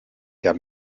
der